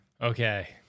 Okay